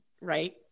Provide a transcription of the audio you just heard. right